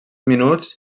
minuts